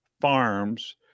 farms